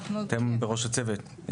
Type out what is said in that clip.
אתם בראש הצוות,